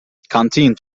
canteen